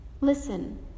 listen